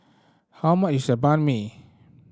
how much is the Banh Mi